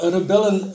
Rebellen